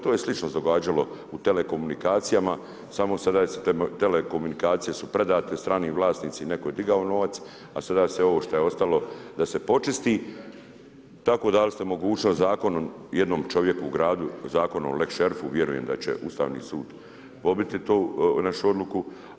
To se slično događalo u telekomunikacijama, samo sada su telekomunikacije predane stranim vlasnicima neko je digao novac, a sada se ovo šta je ostalo da se počisti, tako dali ste mogućnost zakonom jednom čovjeku u gradu, zakonu o lex šerifu vjerujem da će Ustavni sud pobiti to, našu odluku.